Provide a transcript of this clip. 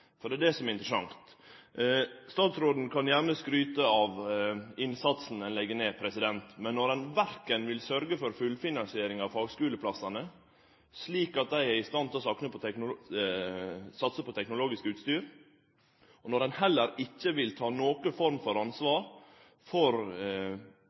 Det er det som er interessant. Statsråden kan gjerne skryte av innsatsen ein legg ned, men når ein ikkje vil sørgje for fullfinansiering av fagskuleplassane, slik at dei er i stand til å satse på teknologisk utstyr, og heller ikkje vil ta ansvar for